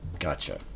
Gotcha